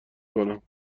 کنم